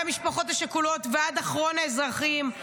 מהמשפחות השכולות ועד אחרון האזרחים,